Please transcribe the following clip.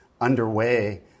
underway